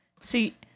See